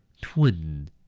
twin